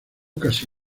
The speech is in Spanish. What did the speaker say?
casi